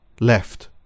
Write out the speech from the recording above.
left